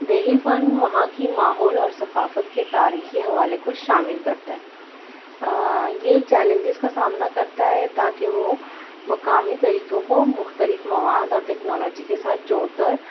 دیہی فن وہاں کی ماحول اور ثقافت کے تاریخی حوالے کو شامل کرتا ہے یہ چیلنجز کا سامنا کرتا ہے تاکہ وہ مقامی طریقوں کو مختلف مواد اور ٹیکنالوجی کے ساتھ جوڑ کر